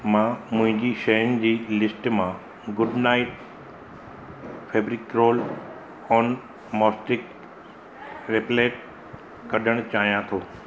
मां मुंहिंजी शयुनि जी लिस्ट मां Good Knight fabric roll on mosquito repellent कढणु चाहियां थो